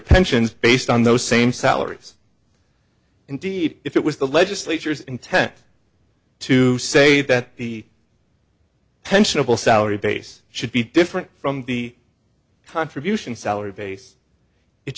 pensions based on those same salaries indeed if it was the legislature's intent to say that the pensionable salary base should be different from the contribution salary base it